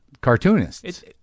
cartoonists